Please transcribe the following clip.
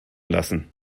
lassen